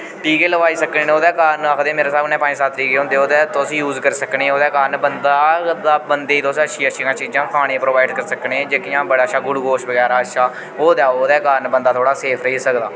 टीके लोआई सकने ओह्दे कारण आखदे मेरे स्हाबें न पंज सत्त टीके होंदे तुस यूज करी सकने ओह्दे कारण बन्दा बन्दे गी तुस अच्छी अच्छियां चीज़ां खाने ई प्रोवाइड करी सकने जेह्कियां बड़ा अच्छा ग्लूकोस बगैरा अच्छा बोह्त ऐ ओह्दे कारण बन्दा थोह्ड़ा सेफ रेही सकदा